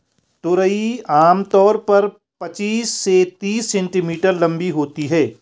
तुरई आम तौर पर पचीस से तीस सेंटीमीटर लम्बी होती है